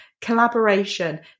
Collaboration